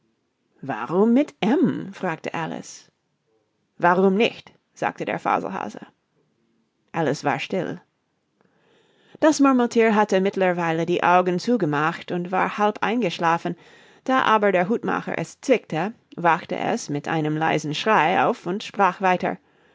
warum mit m fragte alice warum nicht sagte der faselhase alice war still das murmelthier hatte mittlerweile die augen zugemacht und war halb eingeschlafen da aber der hutmacher es zwickte wachte es mit einem leisen schrei auf und sprach weiter